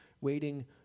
waiting